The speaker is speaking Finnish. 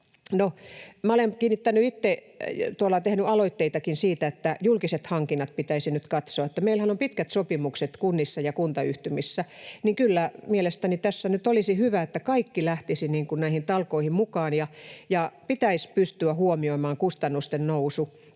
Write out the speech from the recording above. olen tehnyt aloitteitakin siitä, että julkiset hankinnat pitäisi nyt katsoa, kun meillähän on pitkät sopimukset kunnissa ja kuntayhtymissä. Kyllä mielestäni tässä nyt olisi hyvä, että kaikki lähtisivät näihin talkoisiin mukaan ja pitäisi pystyä huomioimaan kustannusten nousu